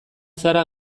zara